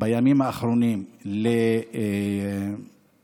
בימים האחרונים, להתגברות